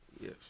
Yes